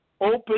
open